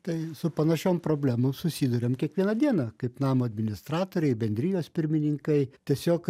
tai su panašiom problemom susiduriam kiekvieną dieną kaip namo administratoriai bendrijos pirmininkai tiesiog